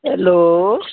hello